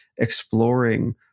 exploring